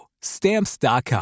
stamps.com